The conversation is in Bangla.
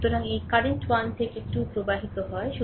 সুতরাং এই কারেন্ট 1 থেকে 2 প্রবাহিত হয়